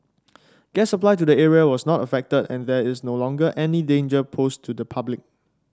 gas supply to the area was not affected and there is no longer any danger posed to the public